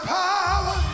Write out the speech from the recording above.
power